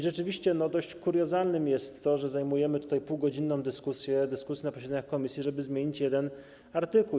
Rzeczywiście dość kuriozalne jest to, że prowadzimy tutaj półgodzinną dyskusję i dyskusje na posiedzeniach komisji, żeby zmienić jeden artykuł.